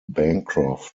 bancroft